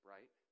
Right